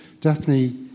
Daphne